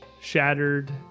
shattered